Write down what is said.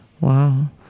wow